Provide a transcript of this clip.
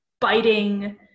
biting